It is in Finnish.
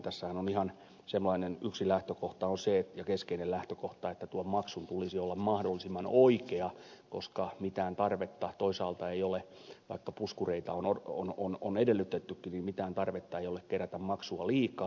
tässähän on sellainen yksi ja ihan keskeinen lähtökohta se että tuon maksun tulisi olla mahdollisimman oikea koska mitään tarvetta toisaalta ei ole vaikka puskureita on edellytetty kivi mitään tarvetta ei edellytettykin kerätä maksua liikaa